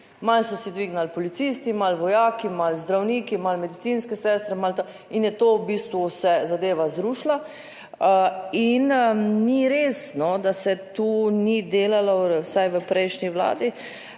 Mano so si dvignili policisti, malo vojaki malo, zdravniki, malo medicinske sestre malo, in je to v bistvu se zadeva zrušila in ni res, da se tu ni delalo, vsaj v prejšnji vladi,